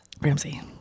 Ramsey